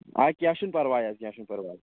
آ کیٚنٛہہ چھُنہٕ پَرواے حظ کیٚنٛہہ چھُنہٕ پرواے